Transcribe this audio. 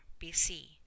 BC